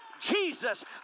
Jesus